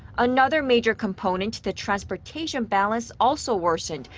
another major component, the transportation balance, also worsened,